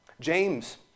James